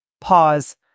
pause